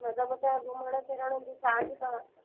मतिलबु उहो त घुमणु फिरणु उनजी चार्ज तव्हां